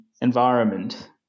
environment